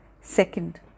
Second